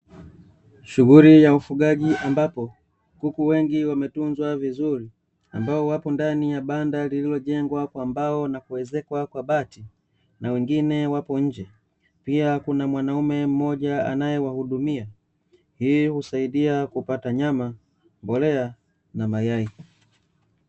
Shughuli ya ufugaji ambapo kuku wengi wametunzwa vizuri ambao wapo ndani ya banda lililojengwa kwa mbao na kuezekwa kwa bati na wengine wapo nje. Pia kuna mwanaume mmoja anayewahudumia. Hii husaidia kupata nyama, mbolea na mayai.